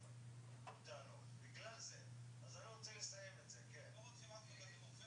תודה רבה בני ארביב, תודה יואב.